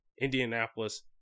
Indianapolis